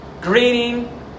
greeting